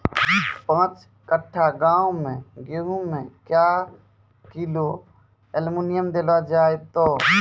पाँच कट्ठा गांव मे गेहूँ मे क्या किलो एल्मुनियम देले जाय तो?